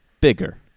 bigger